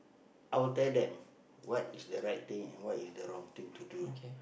I'll tell them what is the right thing and what is the wrong thing to do